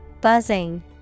Buzzing